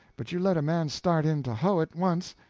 but you let a man start in to hoe it once,